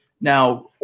Now